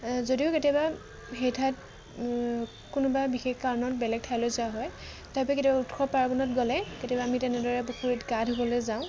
যদিও কেতিয়াবা সেই ঠাইত কোনোবা বিশেষ কাৰণত বেলেগ ঠাইলৈ যোৱা হয় তথাপি কেতিয়াবা উৎসৱ পাৰ্বণত গ'লে কেতিয়াবা আমি তেনেদৰে পুখুৰীত গা ধুবলৈ যাওঁ